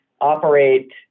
operate